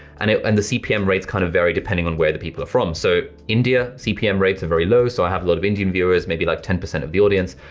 and and the cpm rates kind of vary depending on where the people are from, so india cpm rates are very low, so i have a lot of indian viewers, maybe like ten percent of the audience,